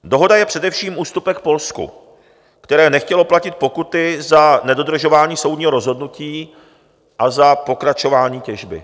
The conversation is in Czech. Dohoda je především ústupek Polsku, které nechtělo platit pokuty za nedodržování soudního rozhodnutí a za pokračování těžby.